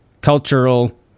cultural